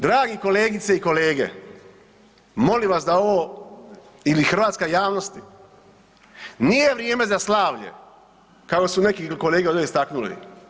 Dragi kolegice i kolege, molim vas da ovo ili hrvatska javnosti, nije vrijeme za slavlje kao što su neki kolege ovdje istaknuli.